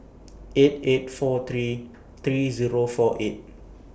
eight eight four three three Zero four eight